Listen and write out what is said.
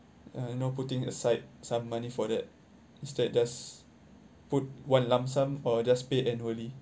uh you know putting aside some money for that instead just put one lump sum or just pay annually